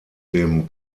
dem